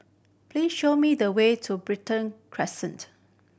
please show me the way to Brighton Crescent